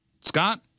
Scott